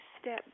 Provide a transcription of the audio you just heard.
step